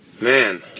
Man